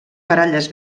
baralles